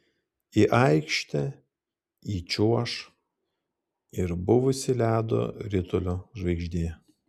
į aikštę įčiuoš ir buvusi ledo ritulio žvaigždė